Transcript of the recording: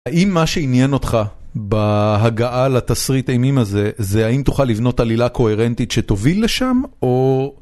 האם מה שעניין אותך בהגעה לתסריט האימים הזה, זה האם תוכל לבנות עלילה קוהרנטית שתוביל לשם או...